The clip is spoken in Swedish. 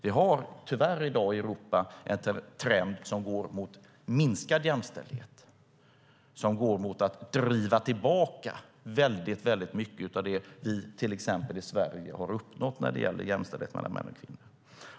I dag finns det tyvärr en trend i Europa som går mot minskad jämställdhet och mot att driva tillbaka väldigt mycket av det vi i Sverige har uppnått när det gäller jämställdhet mellan män och kvinnor.